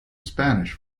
spanish